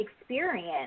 experience